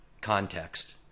context